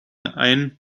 ein